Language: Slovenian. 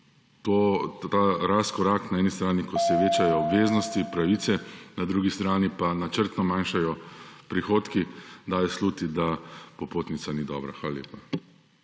Ta razkorak na eni strani, ko se večajo obveznosti, pravice, na drugi strani pa načrtno manjšajo prihodki, daje slutiti, da popotnica ni dobra. Hvala lepa.